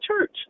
Church